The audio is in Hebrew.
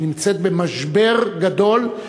שנמצא במשבר גדול,